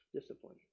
discipline